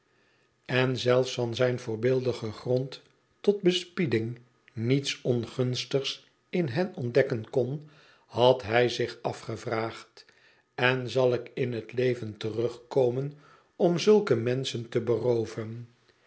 en zelfs van zijn voordeeligen grond tot bespiedmg niets ongunstigs in hen ontdekken kon had hij zich afgevraagd len zal ik in het leven terugkomen om zulke menschen te berooven